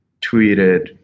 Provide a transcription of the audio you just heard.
tweeted